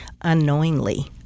unknowingly